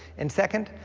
and second,